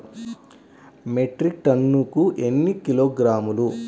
Metric టన్నుకు ఎన్ని కిలోగ్రాములు?